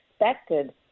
expected